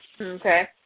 Okay